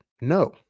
No